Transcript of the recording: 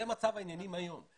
זה מצב העניינים היום.